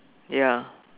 ya